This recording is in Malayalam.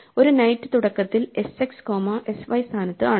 ഒരു നൈറ്റ് തുടക്കത്തിൽ sx കോമ sy സ്ഥാനത്ത് ആണ്